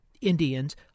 Indians